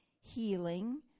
healing